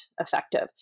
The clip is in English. effective